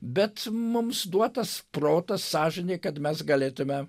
bet mums duotas protas sąžinė kad mes galėtume